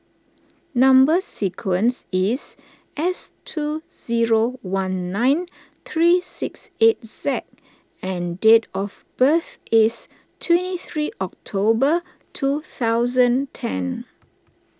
Number Sequence is S two zero one nine three six eight Z and date of birth is twenty three October two thousand ten